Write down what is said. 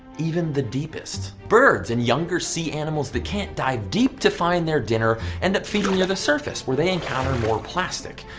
even the deepest. birds and younger sea animals that can't dive deep to find their dinner end up feeding near the surface where they encounter more plastic.